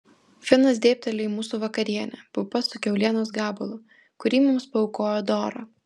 finas dėbteli į mūsų vakarienę pupas su kiaulienos gabalu kurį mums paaukojo dora